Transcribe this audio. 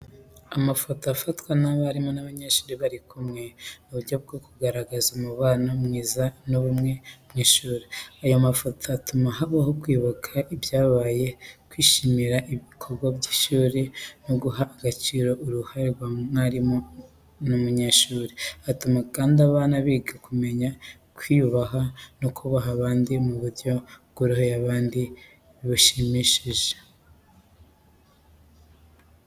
Amafoto afatwa abarimu n’abanyeshuri bari kumwe ni uburyo bwo kugaragaza umubano mwiza n’ubumwe mu ishuri. Ayo mafoto atuma habaho kwibuka ibyabaye, kwishimira ibikorwa by’ishuri no guha agaciro uruhare rw’umwarimu n’umunyeshuri. Atuma kandi abana biga kumenya kwiyubaha no kubaha abandi mu buryo bworoheje kandi bushimishije.